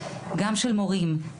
גם של מורים,